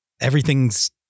everything's